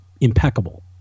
impeccable